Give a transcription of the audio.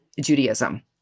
Judaism